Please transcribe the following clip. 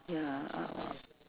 ya uh